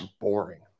boring